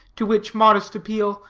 to which modest appeal,